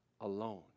alone